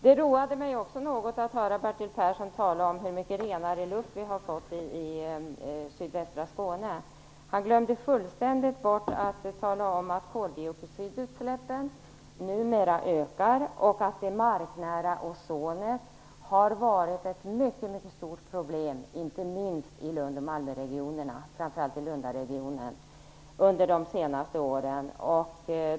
Det roar mig också något att höra Bertil Persson tala om hur mycket renare luft vi har fått i sydvästra Skåne. Han glömde fullständigt bort att tala om att koldioxidutsläppen numera ökar och att det marknära ozonet har varit ett mycket stort problem inte minst i Lunda och Malmöregionerna, framför allt i Lundaregionen, under de senaste åren.